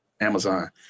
Amazon